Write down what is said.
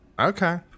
Okay